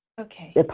Okay